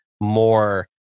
more